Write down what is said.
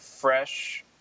fresh